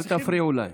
אל תפריעו להם.